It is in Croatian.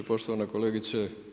Poštovana kolegice.